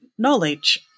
Knowledge